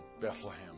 Bethlehem